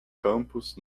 campos